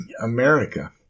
America